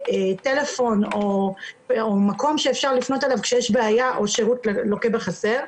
טלפון או מקום שאפשר לפנות אליו כשיש בעיה או שירות לוקה בחסר.